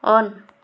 on